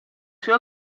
suoi